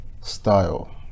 style